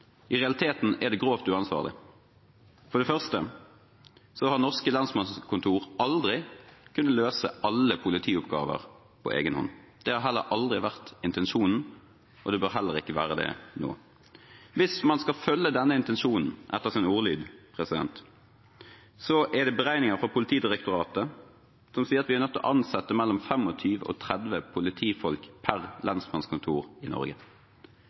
I realiteten er det grovt uansvarlig. For det første har norske lensmannskontorer aldri kunnet løse alle politioppgaver på egen hånd. Det har heller aldri vært intensjonen, og det bør heller ikke være det nå. Hvis man skal følge denne intensjonen etter sin ordlyd, er det beregninger fra Politidirektoratet som sier at vi er nødt til å ansette mellom 25 og 30 politifolk per lensmannskontor i Norge.